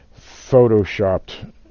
photoshopped